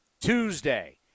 Tuesday